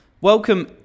welcome